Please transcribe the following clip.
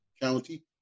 County